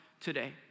today